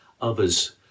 others